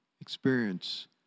experience